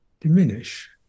diminish